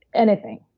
anything.